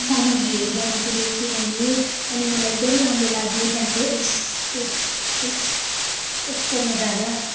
सामग्रीहरू बनाएको देखेँ मैले अनि मलाई एकदम राम्रो लाग्यो त्यहाँको एक्सपो एक्सपोमा जाँदा